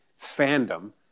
fandom